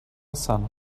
sano